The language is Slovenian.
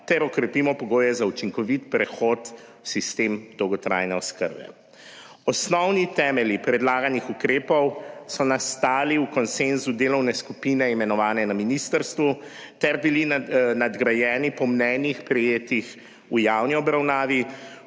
ter okrepimo pogoje za učinkovit prehod v sistem dolgotrajne oskrbe. Osnovni temelji predlaganih ukrepov so nastali v konsenzu delovne skupine, imenovane na ministrstvu, ter bili nadgrajeni po mnenjih, prejetih v javni obravnavi,